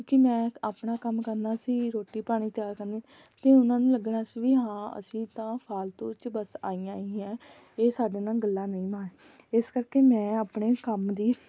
ਕਿਉਂਕਿ ਮੈ ਆਪਣਾ ਕੰਮ ਕਰਨਾ ਸੀ ਰੋਟੀ ਪਾਣੀ ਤਿਆਰ ਕਰਨੀ ਅਤੇ ਉਹਨਾਂ ਨੂੰ ਲੱਗਣਾ ਸੀ ਵੀ ਹਾਂ ਅਸੀਂ ਤਾਂ ਫਾਲਤੂ 'ਚ ਬਸ ਆਈਆਂ ਹੀ ਏ ਇਹ ਸਾਡੇ ਨਾਲ ਗੱਲਾਂ ਨਹੀਂ ਮਾਰ ਇਸ ਕਰਕੇ ਮੈਂ ਆਪਣੇ ਕੰਮ ਦੀ